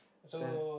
that